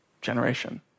generation